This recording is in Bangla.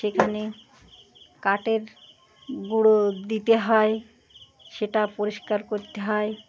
সেখানে কাঠের গুঁড়ো দিতে হয় সেটা পরিষ্কার করতে হয়